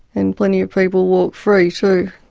and plenty of people walk free too,